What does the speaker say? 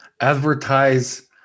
advertise